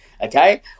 Okay